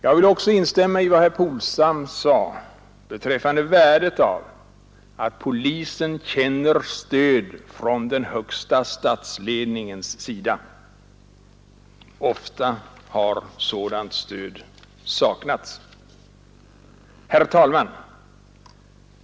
Jag vill också instämma i vad herr Polstam framhöll beträffande värdet av att polisen känner stöd från den högsta statsledningens sida; ofta har sådant stöd saknats. Herr talman!